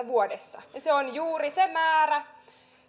vuodessa se on juuri se määrä